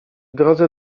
drodze